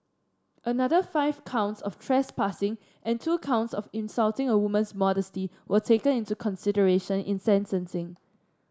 another five counts of trespassing and two counts of insulting a woman's modesty were taken into consideration in sentencing